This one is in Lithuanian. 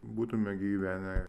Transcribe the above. būtume gyvenę